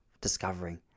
discovering